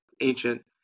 ancient